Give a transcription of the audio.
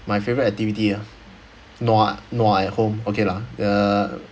my favorite activity ah no ah no ah at home okay lah uh